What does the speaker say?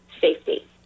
safety